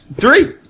Three